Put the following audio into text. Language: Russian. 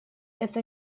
это